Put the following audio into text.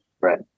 Right